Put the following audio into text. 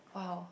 !wow!